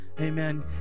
Amen